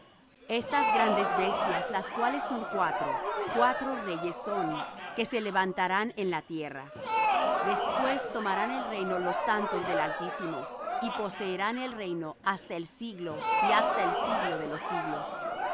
estas grandes bestias las cuales son cuatro cuatro reyes son que se levantarán en la tierra después tomarán el reino los santos del altísimo y poseerán el reino hasta el siglo y hasta el siglo de los siglos